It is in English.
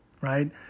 right